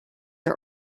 are